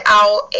out